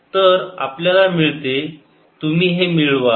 तर आपल्याला मिळते तुम्ही हे मिळवा